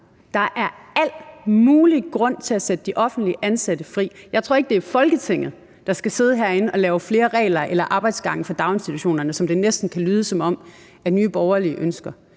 Der er al mulig grund til at sætte de offentligt ansatte fri. Jeg tror ikke, det er Folketinget, der skal sidde herinde og lave flere regler eller arbejdsgange for daginstitutionerne, som det næsten kan lyde som om Nye Borgerlige ønsker.